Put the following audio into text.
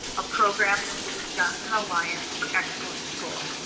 a program of the wisconsin alliance for excellent schools,